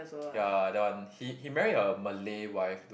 ya that one he he marry a Malay wife